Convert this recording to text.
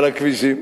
אבל הכבישים,